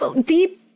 deep